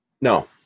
No